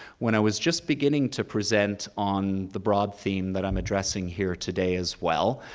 when i was just beginning to present on the broad theme that i'm addressing here today as well,